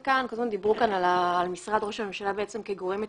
קודם דיברו כאן על משרד ראש הממשלה כגורם מתכלל,